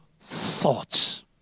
thoughts